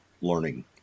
learning